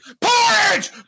porridge